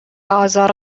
آزار